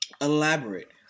elaborate